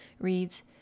reads